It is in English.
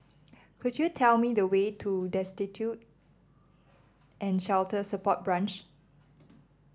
could you tell me the way to Destitute and Shelter Support Branch